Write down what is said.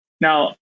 Now